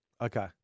Okay